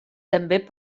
també